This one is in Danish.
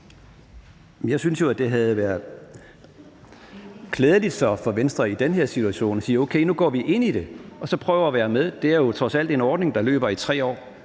Jeg synes jo så, at det havde været klædeligt for Venstre i den her situation at sige: Okay, nu går vi ind i det – og så prøve at være med. Det er jo trods alt en ordning, der løber i 3 år.